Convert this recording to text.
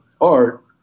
Art